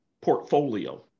portfolio